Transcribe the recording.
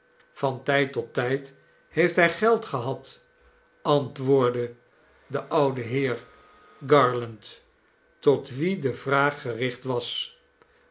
brass woordde de oude heer garland tot wien de vraag gericht was